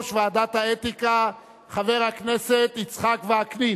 ועדת האתיקה חבר הכנסת יצחק וקנין,